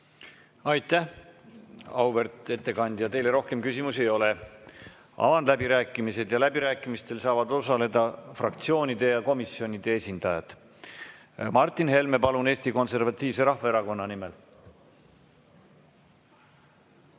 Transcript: Aitäh, auväärt ettekandja! Teile rohkem küsimusi ei ole. Avan läbirääkimised ja läbirääkimistel saavad osaleda fraktsioonide ja komisjonide esindajad. Martin Helme, palun, Eesti Konservatiivse Rahvaerakonna nimel!